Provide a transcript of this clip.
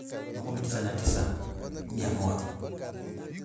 Makhumi tisa na tisa, mia moja.